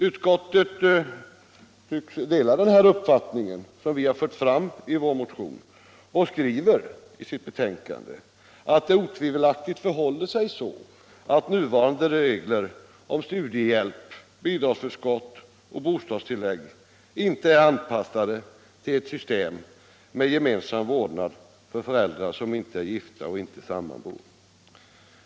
Utskottet synes dela den uppfattning som vi har fört fram i vår motion och skriver i sitt betänkande, att det otvivelaktigt förhåller sig så att nuvarande regler om studiehjälp, bidragsförskott och bostadstillägg inte är anpassade till det system med gemensam vårdnad för föräldrar som inte är gifta och inte sammanbor.